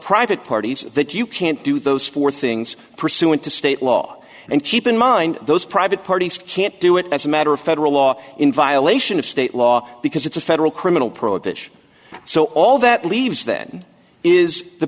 private parties that you can't do those four things pursuant to state law and keep in mind those private parties can't do it as a matter of federal law in violation of state law because it's a federal criminal prohibition so all that leaves then is the